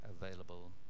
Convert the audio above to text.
available